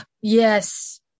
Yes